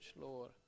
lord